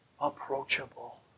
approachable